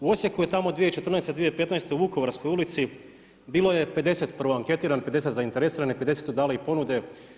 U Osijeku je tamo 2014., 2015. u Vukovarskoj ulici bilo je 50 prvo anketiranih, 50 zainteresiranih, 50 su dali i ponude.